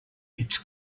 its